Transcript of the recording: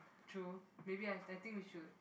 true maybe I I think we should